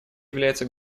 является